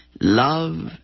love